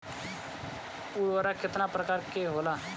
उर्वरक केतना प्रकार के होला?